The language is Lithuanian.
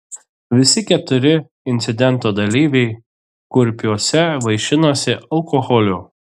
visi keturi incidento dalyviai kurpiuose vaišinosi alkoholiu